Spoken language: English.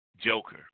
Joker